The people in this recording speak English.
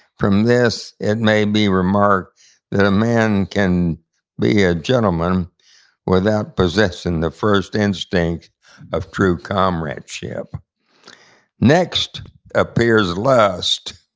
from this, it may be remarked that a man can be a gentleman without possessing the first instinct of true comradeship next appears lust,